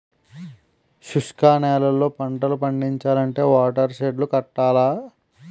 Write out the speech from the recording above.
శుష్క నేలల్లో పంటలు పండించాలంటే వాటర్ షెడ్ లు కట్టాల